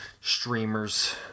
Streamers